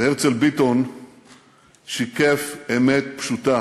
והרצל ביטון שיקף אמת פשוטה,